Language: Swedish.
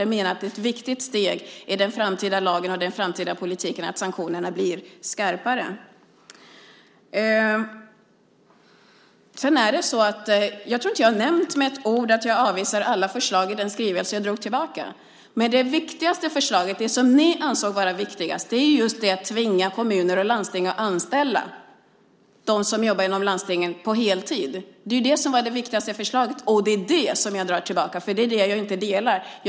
Jag menar att ett viktigt steg i den framtida lagen och i den framtida politiken är att sanktionerna blir skarpare. Sedan tror jag inte att jag med ett ord har nämnt att jag avvisar alla förslag i den skrivelse som jag drog tillbaka. Men det viktigaste förslaget, det som ni ansåg vara viktigast, är ju just det som handlar om att tvinga kommuner och landsting att anställa dem som jobbar deltid där på heltid. Det var ju det som var det viktigaste förslaget, och det är det som jag drar tillbaka, för det är det som jag inte delar uppfattning om.